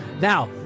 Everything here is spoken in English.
Now